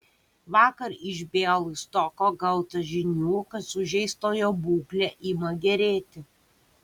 vakar iš bialystoko gauta žinių kad sužeistojo būklė ima gerėti